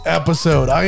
episode